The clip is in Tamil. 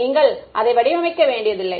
நீங்கள் அதை வடிவமைக்க வேண்டியதில்லை